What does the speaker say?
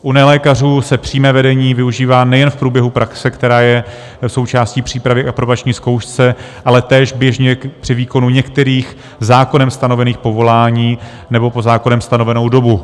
U nelékařů se přímé vedení využívá nejen v průběhu praxe, která je součástí přípravy k aprobační zkoušce, ale též běžně při výkonu některých zákonem stanovených povolání nebo pod zákonem stanovenou dobu.